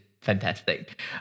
fantastic